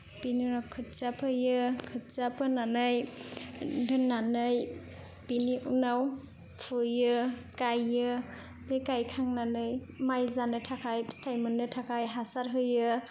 बेनि उनाव खोथिया फोयो खोथिया फोनानै दोननानै बेनि उनाव फुयो गायो बे गायखांनानै माइ जानो थाखाय फिथाय मोननो थाखाय हासार होयो